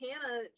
Hannah